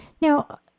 Now